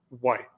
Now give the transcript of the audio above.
white